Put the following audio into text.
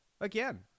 again